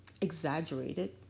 exaggerated